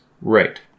Right